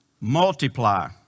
multiply